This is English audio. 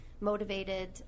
motivated